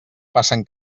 passen